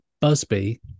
Busby